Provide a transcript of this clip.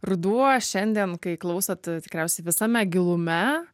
ruduo šiandien kai klausot tikriausiai visame gilume